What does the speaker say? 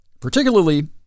Particularly